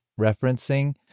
referencing